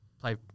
Play